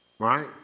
Right